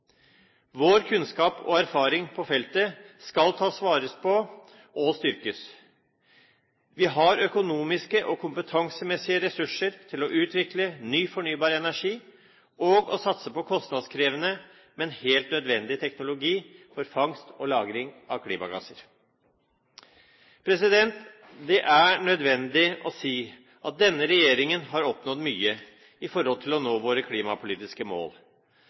Vår kunnskap og erfaring på feltet skal tas vare på og styrkes. Vi har økonomiske og kompetansemessige ressurser til å utvikle ny fornybar energi og å satse på kostnadskrevende, men helt nødvendig teknologi for fangst og lagring av klimagasser. Det er nødvendig å si at denne regjeringen har oppnådd mye i forhold til å nå våre klimapolitiske mål.